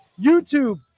YouTube